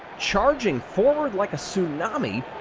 charging forward like a tsunami,